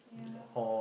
ya